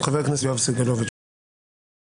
חבר הכנסת יואב סגלוביץ', בבקשה.